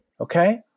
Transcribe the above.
okay